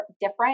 different